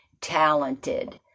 talented